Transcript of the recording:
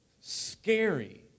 scary